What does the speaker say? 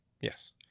Yes